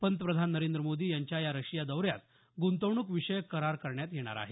पंतप्रधान नरेंद्र मोदी यांच्या या रशिया दौऱ्यात गुंतवणूकविषयक करार करण्यात येणार आहेत